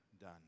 done